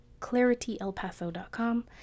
clarityelpaso.com